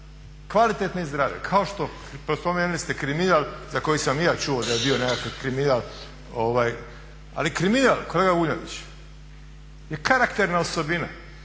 kvalitetne i zdrave, kao što spomenuli ste kriminal za koji sam i ja čuo da je bio nekakav kriminal. Ali kriminal kolega Vuljanić je karakterna osobina,